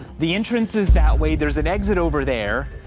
the entrance is that way, there's an exit over there.